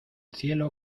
cielo